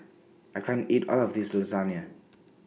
I can't eat All of This Lasagne